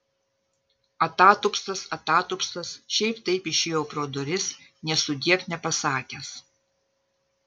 atatupstas atatupstas šiaip taip išėjo pro duris nė sudiev nepasakęs